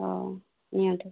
ହଁ ନିଅନ୍ତୁ